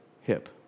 hip